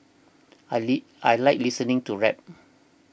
I leak I like listening to rap